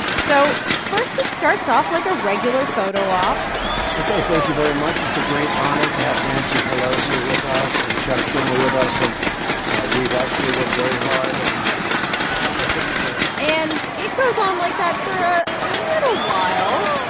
so first, it starts off like a regular photo-op ok. thank you very much. it's a great honor to have nancy pelosi with us and chuck schumer with us. and we've actually worked very hard on a couple of things that are happening. and it goes on like that for a little while,